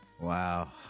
Wow